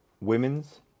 women's